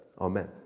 Amen